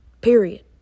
Period